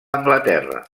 anglaterra